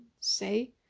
say